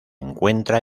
encuentra